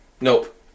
Nope